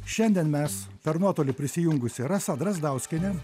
šiandien mes per nuotolį prisijungusi rasa drazdauskienė